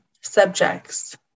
subjects